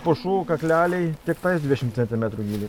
pušų kakleliai tik tais dvidešim centimetrų gyly